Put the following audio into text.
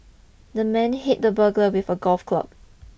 the man hit the burglar with a golf club